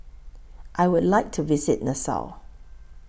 I Would like to visit Nassau